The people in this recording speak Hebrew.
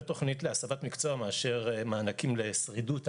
תוכנית להסבת מקצוע מאשר מענקים לשרידות העסק,